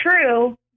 true